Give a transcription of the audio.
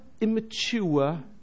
immature